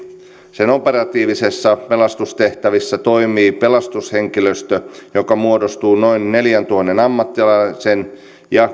sen operatiivisissa pelastustehtävissä toimii pelastushenkilöstö joka muodostuu noin neljäntuhannen ammattilaisen ja